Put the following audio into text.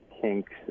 kinks